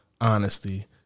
Honesty